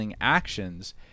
actions